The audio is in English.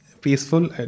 peaceful